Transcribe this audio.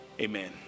Amen